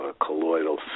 colloidal